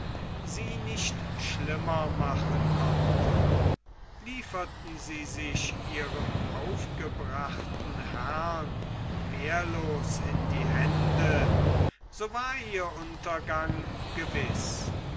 sie nicht schlimmer machen konnte lieferten sie sich ihrem aufgebrachten herrn wehrlos in die hände so war ihr untergang gewiß